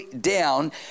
down